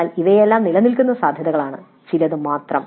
എന്നാൽ ഇവയെല്ലാം നിലനിൽക്കുന്ന സാധ്യതകളാണ് ചിലത് മാത്രം